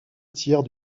tiers